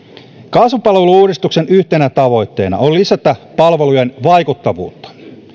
kasvupalvelu uudistuksen yhtenä tavoitteena on lisätä palvelujen vaikuttavuutta